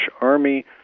Army